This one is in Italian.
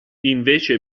invece